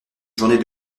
journée